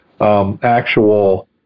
Actual